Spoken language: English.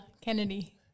Kennedy